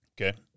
Okay